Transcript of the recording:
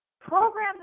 Program